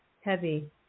Heavy